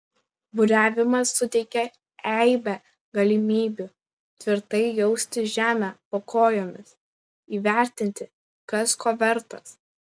buriavimas suteikia eibę galimybių tvirtai jausti žemę po kojomis įvertinti kas ko vertas